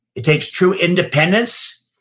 it takes true independence,